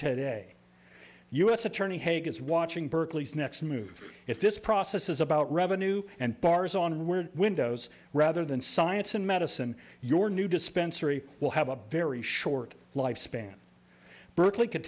today u s attorney haig is watching berkeley's next move if this process is about revenue and bars on windows rather than science and medicine your new dispensary will have a very short life span berkeley could